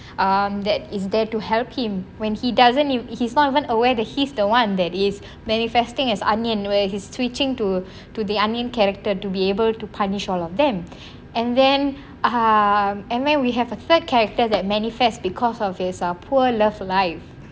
um that is there to help him when he doesn't he's not even aware that he's the one that is manifesting as anniyan where his twitching to to the anniyan character to be able to punish all of them and then um and then we have a third character that manifest because of his err poor love life